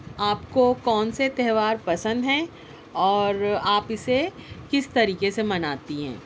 آپ کو کون سے تہوار پسند ہیں اور آپ اِسے کس طریقے سے مناتی ہیں